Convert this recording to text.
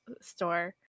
store